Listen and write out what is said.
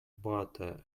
butter